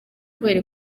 kubera